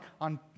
on